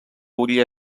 hauria